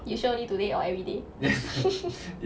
you sure only today or everyday